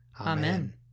Amen